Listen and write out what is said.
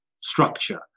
structure